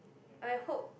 I hope